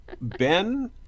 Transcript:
Ben